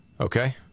Okay